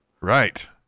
Right